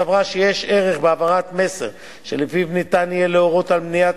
סברה שיש ערך בהעברת מסר שלפיו ניתן יהיה להורות על מניעת